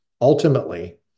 Ultimately